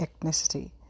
ethnicity